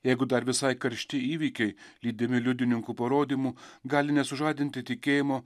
jeigu dar visai karšti įvykiai lydimi liudininkų parodymų gali nesužadinti tikėjimo